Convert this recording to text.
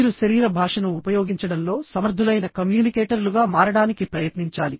మీరు శరీర భాషను ఉపయోగించడంలో సమర్థులైన కమ్యూనికేటర్లుగా మారడానికి ప్రయత్నించాలి